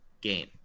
game